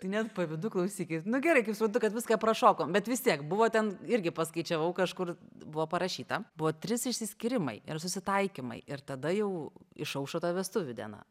tai net pavydu klausykit nu gerai kaip suprantu kad viską prašokom bet vis tiek buvo ten irgi paskaičiavau kažkur buvo parašyta buvo trys išsiskyrimai ir susitaikymai ir tada jau išaušo ta vestuvių diena